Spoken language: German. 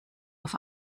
auf